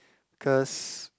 cause